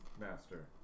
master